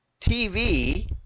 TV